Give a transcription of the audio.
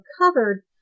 covered